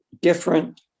different